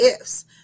ifs